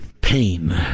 pain